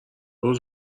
روز